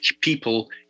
people